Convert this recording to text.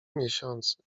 miesiące